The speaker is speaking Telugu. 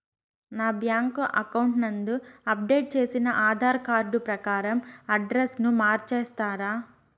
నా బ్యాంకు అకౌంట్ నందు అప్డేట్ చేసిన ఆధార్ కార్డు ప్రకారం అడ్రస్ ను మార్చిస్తారా?